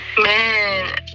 Man